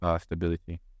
stability